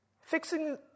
Fixing